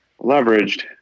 leveraged